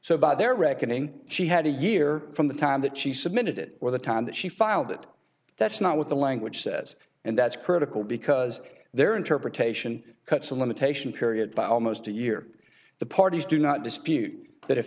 so by their reckoning she had a year from the time that she submitted it or the time that she filed it that's not what the language says and that's critical because their interpretation cuts a limitation period by almost a year the parties do not dispute that if